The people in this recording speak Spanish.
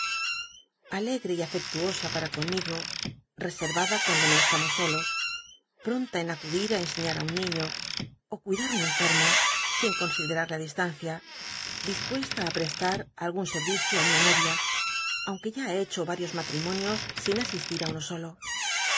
y afectuosa para conmigo rcse vada cuando no estamos scjios pronta en acudi t ú enseña r á un niño ó cuidar un enfe mo sin considerar la distancia dispuesta á prestar algún servicio á una novia aunque ya ha hecho varios mattimonios sin asistir á uno solo